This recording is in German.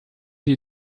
die